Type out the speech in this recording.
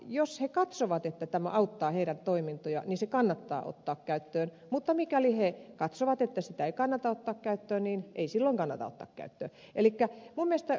jos he katsovat että tämä auttaa heidän toimintojaan se kannattaa ottaa käyttöön mutta mikäli he katsovat että sitä ei kannata ottaa käyttöön niin ei silloin kannata ottaa käyttöön